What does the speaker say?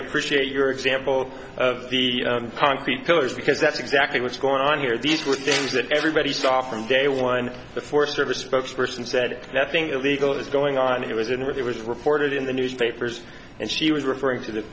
appreciate your example of the concrete pillars because that's exactly what's going on here these were things that everybody saw from day one the forest service spokesperson said nothing illegal is going on it was in rivers reported in the newspapers and she was referring to the